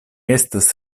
estas